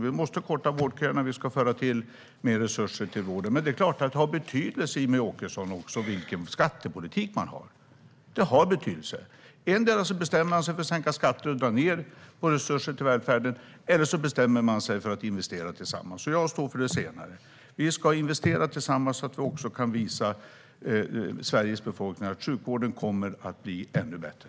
Vi måste korta vårdköerna. Vi ska föra mer resurser till vården. Men det är klart att det också har betydelse, Jimmie Åkesson, vilken skattepolitik man har. Det har betydelse. Endera bestämmer man sig för att sänka skatter och dra ned på resurser till välfärden eller så bestämmer man sig för att investera tillsammans. Jag står för det senare. Vi ska investera tillsammans, så att vi kan visa Sveriges befolkning att sjukvården kommer att bli ännu bättre.